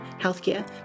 healthcare